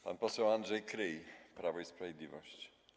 Pan poseł Andrzej Kryj, Prawo i Sprawiedliwość.